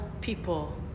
people